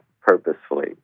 purposefully